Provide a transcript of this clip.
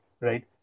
right